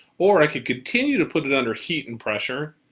or i could continue to put it under heat and pressure.